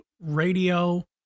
radio